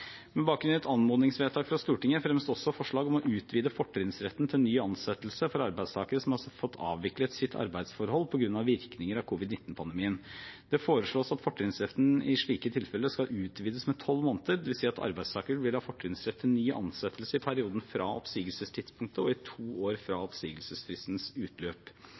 Med bakgrunn i et anmodningsvedtak fra Stortinget fremmes det også forslag om å utvide fortrinnsretten til ny ansettelse for arbeidstakere som har fått avviklet sitt arbeidsforhold på grunn av virkninger av covid-19-pandemien. Det foreslås at fortrinnsretten i slike tilfeller skal utvides med tolv måneder, dvs. at arbeidstakere vil ha fortrinnsrett til ny ansettelse i perioden fra oppsigelsestidspunktet og i to år fra oppsigelsesfristens utløp.